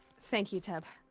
thank you teb.